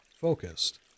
focused